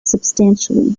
substantially